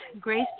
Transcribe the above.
grace